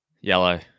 Yellow